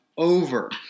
Over